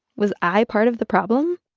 was i part of the problem,